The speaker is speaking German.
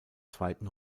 zweiten